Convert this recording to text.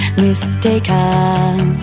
mistaken